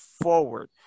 forward